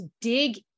dig